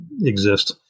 exist